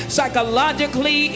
Psychologically